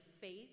faith